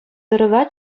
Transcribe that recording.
тӑрӑва